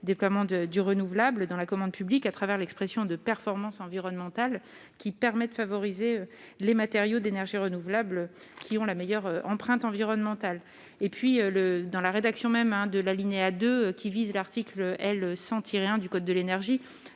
déploiement de du renouvelable dans la commande publique à travers l'expression de performance environnementale qui permet de favoriser les matériaux d'énergies renouvelables, qui ont la meilleure empreinte environnementale et puis le dans la rédaction même hein, de l'alinéa 2 qui vise l'article L 100 tirer 1 du code de l'énergie